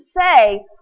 say